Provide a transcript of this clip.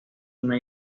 una